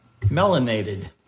melanated